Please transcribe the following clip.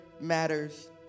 matters